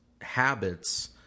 habits